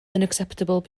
unacceptable